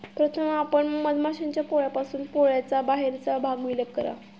प्रथम आपण मधमाश्यांच्या पोळ्यापासून पोळ्याचा बाहेरचा भाग विलग करा